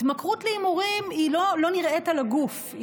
התמכרות להימורים לא נראית על הגוף,